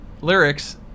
lyrics